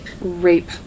Rape